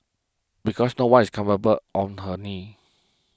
because no one is comfortable on her knees